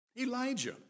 Elijah